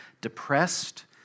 depressed